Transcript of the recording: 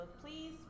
please